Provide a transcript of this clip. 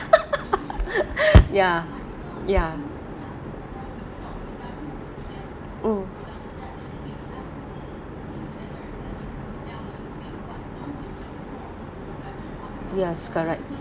ya ya mm yes correct